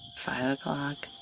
five o'clock.